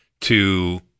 to-